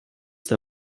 der